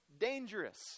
dangerous